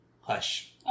Hush